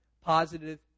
Positive